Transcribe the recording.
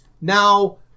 Now